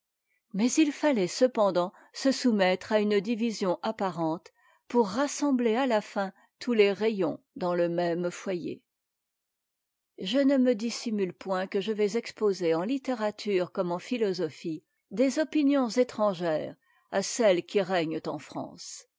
mais il fallait cependant se soumettre à une division appat rente pour rassembler à la fin tous les rayons dans le même foyer t je ne me dissimule point que je vais exposer en littérature comme en philosophie des opinions étrangères à celles qui règnent en france